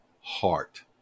heart